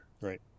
Right